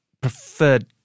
preferred